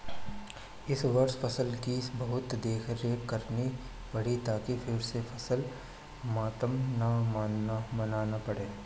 इस वर्ष फसल की बहुत देखरेख करनी पड़ी ताकि फिर से फसल मातम न मनाना पड़े